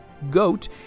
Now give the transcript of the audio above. Goat